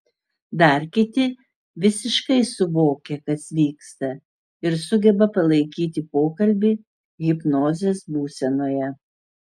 dar kiti visiškai suvokia kas vyksta ir sugeba palaikyti pokalbį hipnozės būsenoje